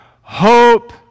hope